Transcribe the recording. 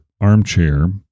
armchair